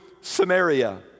Samaria